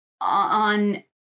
on